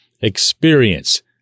experience